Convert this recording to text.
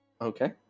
Okay